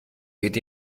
geht